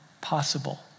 possible